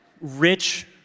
rich